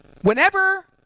Whenever